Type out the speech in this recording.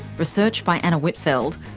research by anna whitfeld,